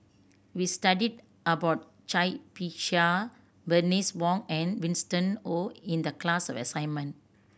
we studied about Cai Bixia Bernice Wong and Winston Oh in the class assignment